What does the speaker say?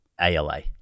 ALA